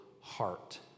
heart